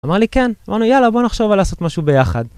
אמר לי כן, אמרנו יאללה בוא נחשוב על לעשות משהו ביחד